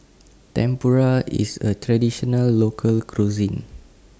Tempura IS A Traditional Local Cuisine